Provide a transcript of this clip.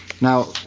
now